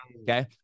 Okay